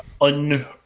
un-